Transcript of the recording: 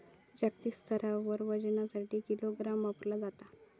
जागतिक स्तरावर वजनासाठी किलोग्राम वापरला जाता